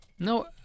No